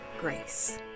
grace